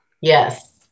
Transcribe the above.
yes